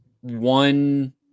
one –